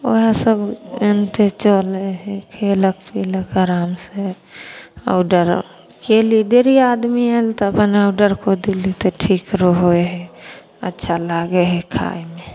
ओहेसब एनाहिते चलै हइ खएलक पिलक आरामसे ऑडर कएली ढेरी आदमी आएल तऽ अपन ऑडर कऽ देली तऽ ठीक रहै हइ अच्छा लागै हइ खाइमे